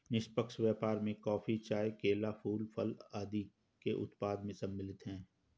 निष्पक्ष व्यापार में कॉफी, चाय, केला, फूल, फल आदि के उत्पाद सम्मिलित हैं